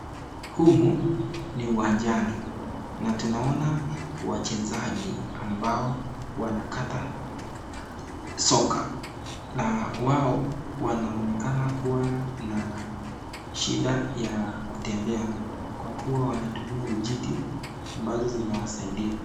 Humu ni uwanjani na tunaona wachezaji ambao wanakata soka na wao wanaonekana kuwa na shida ya kutembea kwa kuwa wanatumia vijiti ambazo zinawasaidia.